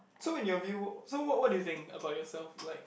so when you're view so what what do you think about yourself like